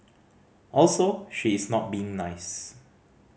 also she is not being nice